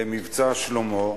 ל"מבצע שלמה",